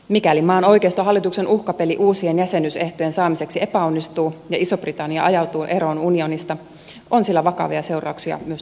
mikäli maan oikeistohallituksen uhkapeli uusien jäsenyysehtojen saamiseksi epäonnistuu ja iso britannia ajautuu eroon unionista on sillä vakavia seurauksia myös turvallisuuspolitiikassa